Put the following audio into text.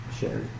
Sherry